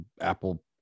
Apple